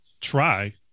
try